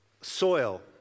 soil